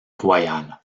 royale